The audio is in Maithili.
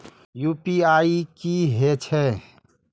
यू.पी.आई की हेछे?